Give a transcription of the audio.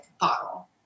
bottle